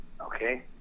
Okay